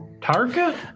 Tarka